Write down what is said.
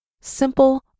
Simple